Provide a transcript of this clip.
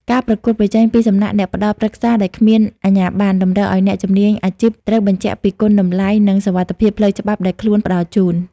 ការប្រកួតប្រជែងពីសំណាក់អ្នកផ្ដល់ប្រឹក្សាដែលគ្មានអាជ្ញាប័ណ្ណ តម្រូវឱ្យអ្នកជំនាញអាជីពត្រូវបញ្ជាក់ពីគុណតម្លៃ និងសុវត្ថិភាពផ្លូវច្បាប់ដែលខ្លួនផ្ដល់ជូន។